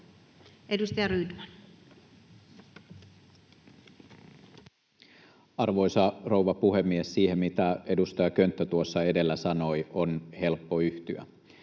16:53 Content: Arvoisa rouva puhemies! Siihen, mitä edustaja Könttä tuossa edellä sanoi, on helppo yhtyä.